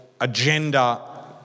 agenda